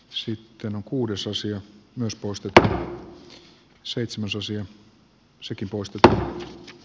sitten on kuudes suosio että tämä yhteistoiminta toimii